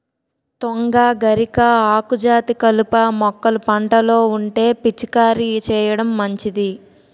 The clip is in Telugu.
తుంగ, గరిక, ఆకుజాతి కలుపు మొక్కలు పంటలో ఉంటే పిచికారీ చేయడం మంచిది